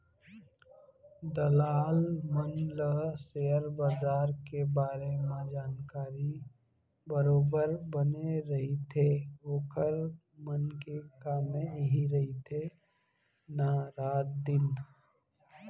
दलाल मन ल सेयर बजार के बारे मन जानकारी बरोबर बने रहिथे ओखर मन के कामे इही रहिथे ना रात दिन